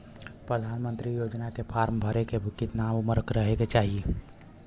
प्रधानमंत्री योजना के फॉर्म भरे बदे कितना उमर रहे के चाही?